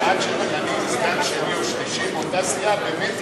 שעד שממנים סגן שני או שלישי מאותה סיעה באמת